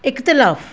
इख़्तिलाफ़ु